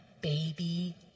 Baby